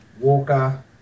Walker